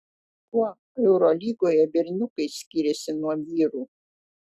kuo eurolygoje berniukai skiriasi nuo vyrų